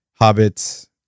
hobbits